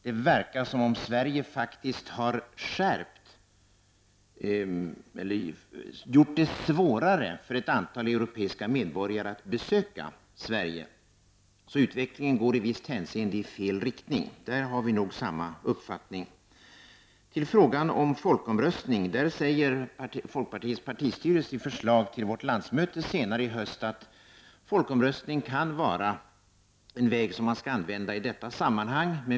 Det verkar som om Sverige faktiskt har gjort det svårare för ett antal europeiska medborgare att besöka Sverige. Utvecklingen går alltså i visst hänseende i fel riktning. Där har vi nog samma uppfattning. I frågan om folkomröstning säger folkpartiets partistyrelse i ett förslag till vårt landsmöte senare i höst, att folkomröstning kan vara en väg som man skall använda i detta sammanhang.